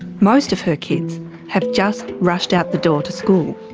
most of her kids have just rushed out the door to school.